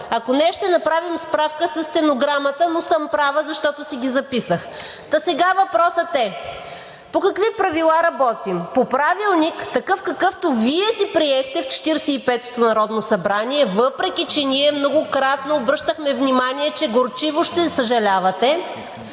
Ако не, ще направим справка със стенограмата, но съм права, защото си ги записах. Та сега въпросът е: по какви правила работим – по Правилник, какъвто Вие си приехте в 45-ото народно събрание, въпреки че ние многократно обръщахме внимание, че горчиво ще съжалявате,